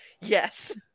Yes